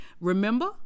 remember